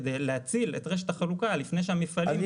כדי להציל את רשת החלוקה לפני שהמפעלים סוגרים.